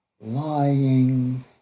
Lying